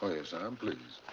i am pleased.